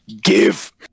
give